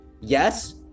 Yes